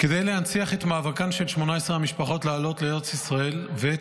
כדי להנציח את מאבקן של 18 המשפחות לעלות לארץ ישראל ואת